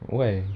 where